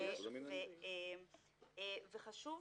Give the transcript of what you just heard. -- וחשוב